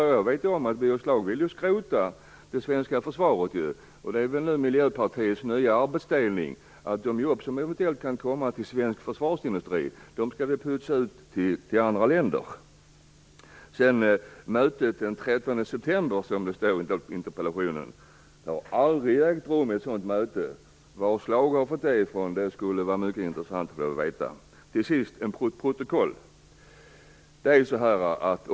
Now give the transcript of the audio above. Jag vet att Birger Schlaug vill skrota det svenska försvaret. Miljöpartiets nya arbetsdelning innebär väl att de jobb som eventuellt kan komma till svensk försvarsindustri skall pytsas ut till andra länder. Det står också i interpellationen om ett möte den 13 september. Ett sådant möte har aldrig ägt rum. Det skulle vara mycket intressant att veta var Birger Schlaug har fått det ifrån. Till sist vill jag säga något om protokoll.